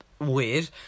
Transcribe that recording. weird